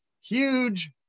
huge